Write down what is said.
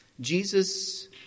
Jesus